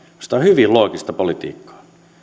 tämä on hyvin loogista politiikkaa